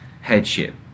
headship